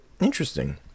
interesting